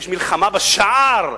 יש מלחמה בשער?